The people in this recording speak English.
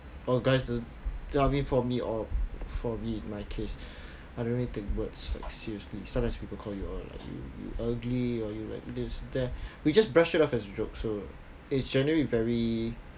or guys I mean for me or for me in my case I don't really take words seriously sometimes we call you or like you you ugly or you like this that we just brushed it off as a joke so it generally very